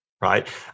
right